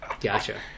Gotcha